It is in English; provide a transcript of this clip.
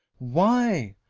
why?